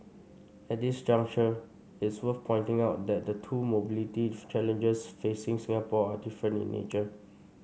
at this juncture it's worth pointing out that the two mobility challenges facing Singapore are different in nature